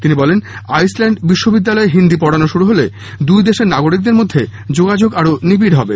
তিনি বলেন আইসল্যান্ড বিশ্ববিদ্যালয়ে হিন্দি পড়ানো শুরু হলে দুই দেশের নাগরিকদের মধ্যে যোগাযোগ আরও নিবিড় হবে